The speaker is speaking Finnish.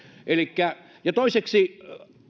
ja toiseksi